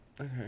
Okay